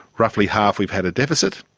roughly half we've had a deficit.